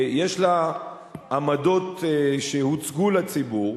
יש לה עמדות שהוצגו לציבור.